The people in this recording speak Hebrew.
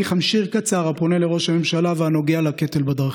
חמשיר קצר הפונה לראש הממשלה ונוגע לקטל בדרכים: